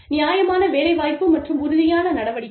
நியாயமான வேலைவாய்ப்பு மற்றும் உறுதியான நடவடிக்கை